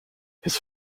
his